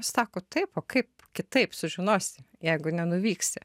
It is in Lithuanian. sako taip o kaip kitaip sužinosi jeigu nenuvyksi